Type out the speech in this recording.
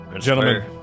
Gentlemen